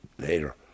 later